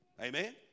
Amen